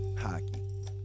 hockey